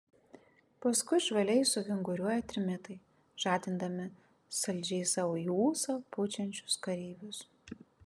paskui žvaliai suvinguriuoja trimitai žadindami saldžiai sau į ūsą pučiančius kareivius